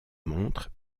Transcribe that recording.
montre